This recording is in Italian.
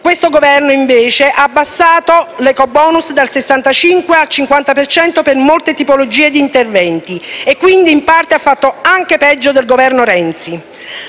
Questo Governo, invece, ha ridotto l'ecobonus dal 65 al 50 per cento per molte tipologie di interventi e quindi, in parte, ha fatto anche peggio del Governo Renzi.